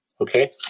Okay